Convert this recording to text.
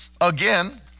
Again